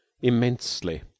immensely